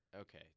Okay